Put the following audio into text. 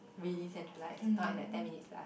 really centralised now is like ten minutes lah